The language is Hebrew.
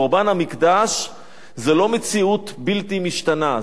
חורבן המקדש זה לא מציאות בלתי משתנה,